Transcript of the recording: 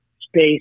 space